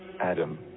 Adam